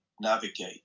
navigate